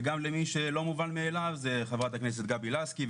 וגם למי שלא מובן מאליו חברת הכנסת גבי לסקי,